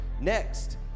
next